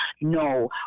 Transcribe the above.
No